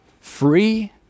Free